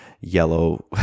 yellow